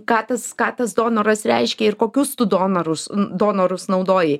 ką tas ką tas donoras reiškia ir kokius tu donorus donorus naudojai